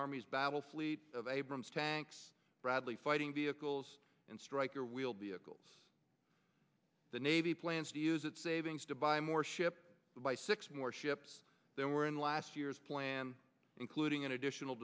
army's battle fleet of abrams tanks bradley fighting vehicles and stryker wheeled vehicles the navy plans to use its savings to buy more ship by six more ships there were in last year's plan including an additional